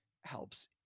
helps